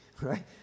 right